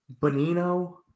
Bonino –